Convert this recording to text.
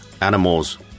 animals